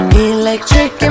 electric